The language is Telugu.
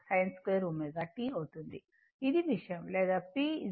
ఇది విషయం లేదా p cos 2θ 1 2 sin 2